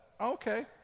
Okay